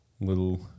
little